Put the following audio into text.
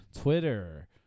Twitter